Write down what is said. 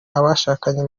abashakanye